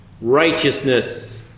righteousness